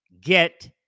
get